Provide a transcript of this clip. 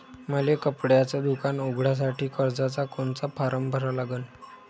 मले कपड्याच दुकान उघडासाठी कर्जाचा कोनचा फारम भरा लागन?